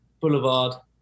Boulevard